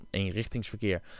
eenrichtingsverkeer